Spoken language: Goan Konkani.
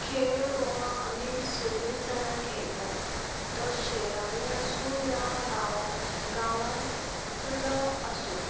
खेळ हो आमी सगलींच जाणां खेळटात तो शेरांनी आसूं या गांवांत गांवांतलो आसूं